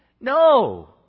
No